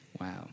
Wow